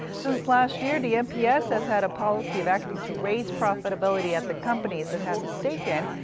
since last year, the nps has had a policy of acting to raise profitability at the companies it has a stake in.